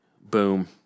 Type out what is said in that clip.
boom